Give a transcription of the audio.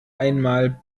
einmal